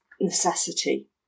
necessity